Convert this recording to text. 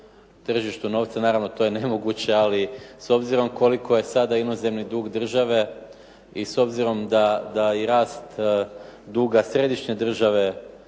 tržištu novca. Naravno to je nemoguće, ali s obzirom koliko je sada inozemni dug države i s obzirom da i rast duga središnje države